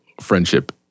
friendship